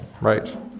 Right